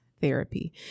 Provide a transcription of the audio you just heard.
therapy